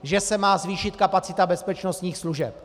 Že se má zvýšit kapacita bezpečnostních služeb.